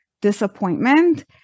disappointment